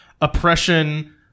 oppression